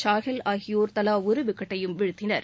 சாஹெல் ஆகியோர் தலா ஒரு விக்கெட்டையும் வீழ்த்தினர்